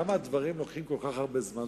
למה הדברים לוקחים כל כך הרבה זמן,